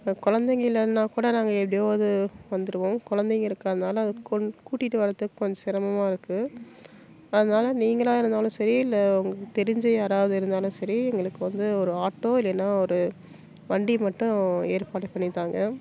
இப்போ கொழந்தைங்க இல்லைன்னா கூட நாங்கள் எப்படியாவது வந்துடுவோம் கொழந்தைங்க இருக்கிறதுனால அது கூட்டிட்டு வர்றத்துக்கு கொஞ்சம் சிரமமாக இருக்குது அதனால் நீங்களாக இருந்தாலும் சரி இல்லை உங்களுக்கு தெரிஞ்ச யாராவது இருந்தாலும் சரி எங்களுக்கு வந்து ஒரு ஆட்டோ இல்லைன்னா ஒரு வண்டி மட்டும் ஏற்பாடு பண்ணித்தாங்க